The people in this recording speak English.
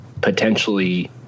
potentially